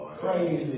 crazy